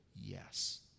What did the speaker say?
Yes